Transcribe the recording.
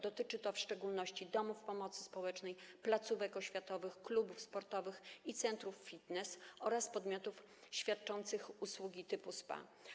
Dotyczy to w szczególności domów pomocy społecznej, placówek oświatowych, klubów sportowych i centrów fitness oraz podmiotów świadczących usługi typu SPA.